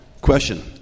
Question